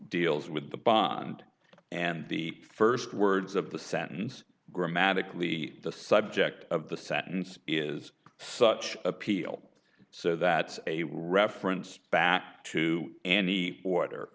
deals with the bond and the first words of the sentence grammatically the subject of the sentence is such appeal so that a reference back to any